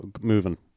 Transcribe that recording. moving